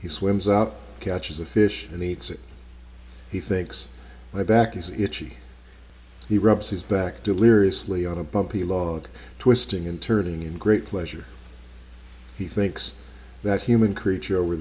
he swims out catches a fish and eats it he thinks my back is itchy he rubs his back deliriously on a bumpy log twisting and turning in great pleasure he thinks that human creature over